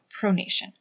pronation